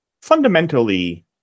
fundamentally